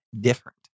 different